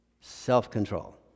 self-control